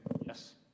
Yes